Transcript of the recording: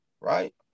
right